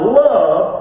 love